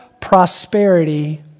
prosperity